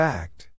Fact